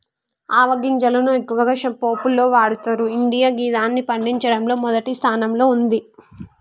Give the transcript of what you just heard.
ఆవ గింజలను ఎక్కువగా పోపులో వాడతరు ఇండియా గిదాన్ని పండించడంలో మొదటి స్థానంలో ఉంది